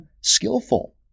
skillful